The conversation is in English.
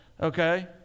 Okay